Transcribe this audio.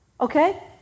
okay